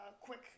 quick